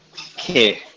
okay